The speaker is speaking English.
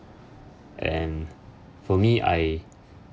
and for me I